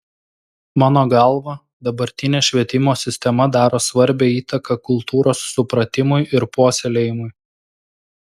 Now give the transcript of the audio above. mano galva dabartinė švietimo sistema daro svarbią įtaką kultūros supratimui ir puoselėjimui